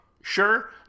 sure